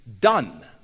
done